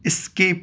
skip